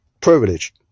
privilege